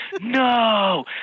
no